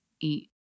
eat